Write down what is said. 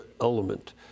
element